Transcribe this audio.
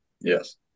Yes